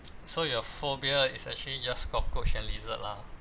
so your phobia is actually just cockroach and lizard lah